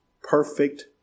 perfect